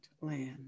land